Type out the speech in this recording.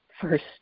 first